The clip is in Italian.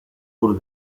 tour